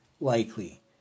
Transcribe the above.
likely